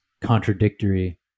contradictory